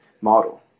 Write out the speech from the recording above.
model